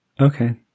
Okay